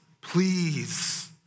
please